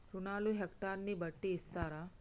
రుణాలు హెక్టర్ ని బట్టి ఇస్తారా?